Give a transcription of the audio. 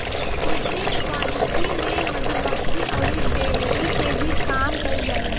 कृषि वानिकी में मधुमक्खी अउरी डेयरी के भी काम कईल जाला